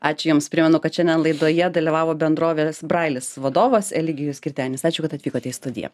ačiū jums primenu kad šiandien laidoje dalyvavo bendrovės brailis vadovas eligijus girdenis ačiū kad atvykote į studiją